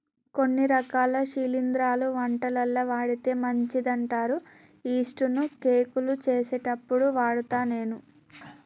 కొన్ని రకాల శిలింద్రాలు వంటలల్ల వాడితే మంచిదంటారు యిస్టు ను కేకులు చేసేప్పుడు వాడుత నేను